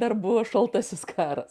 dar buvo šaltasis karas